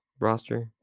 roster